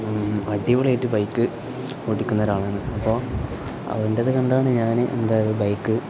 അടിപൊളിയായിട്ട് ബൈക്ക് ഓടിക്കുന്ന ഒരാളാണ് അപ്പം അവന്റേത് കണ്ടാണ് ഞാൻ എന്തായത് ബൈക്ക്